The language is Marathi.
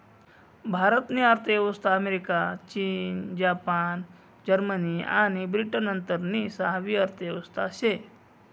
भारत नी अर्थव्यवस्था अमेरिका, चीन, जपान, जर्मनी आणि ब्रिटन नंतरनी सहावी अर्थव्यवस्था शे